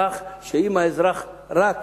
כך שאם רק האזרח יבקש,